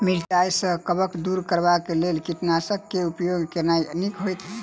मिरचाई सँ कवक दूर करबाक लेल केँ कीटनासक केँ उपयोग केनाइ नीक होइत?